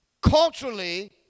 culturally